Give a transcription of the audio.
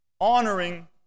honoring